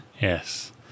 Yes